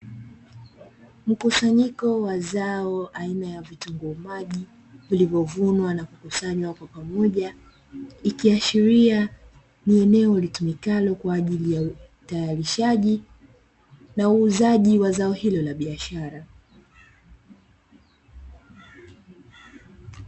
Mkusanyiko wa zao aina ya vitunguu maji vilivyovunwa na kukusanywa kwa pamoja, ikiashiria ni eneo litumikalo kwa ajili ya kutayarishaji na uuzaji wa zao hilo la biashara.